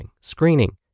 screening